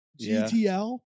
GTL